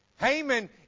Haman